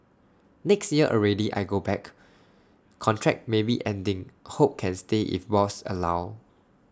next year already I go back contract maybe ending hope can stay if boss allow